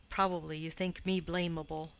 probably you think me blamable.